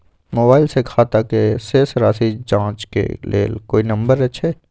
Mobile से खाता के शेस राशि जाँच के लेल कोई नंबर अएछ?